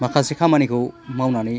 माखासे खामानिखौ मावनानै